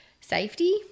safety